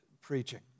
preaching